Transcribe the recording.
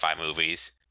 movies